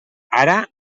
ara